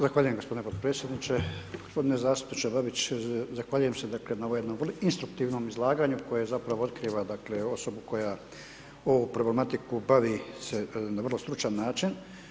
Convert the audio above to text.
Zahvaljujem gospodine podpredsjedniče, gospodine zastupniče Babić, zahvaljujem se dakle na ovom jednom instruktivnom izlaganju koje zapravo otkriva dakle osobu koja ovu problematiku bavi se na vrlo stručan način.